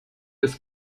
ist